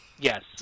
Yes